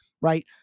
right